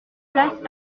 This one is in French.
place